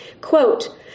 quote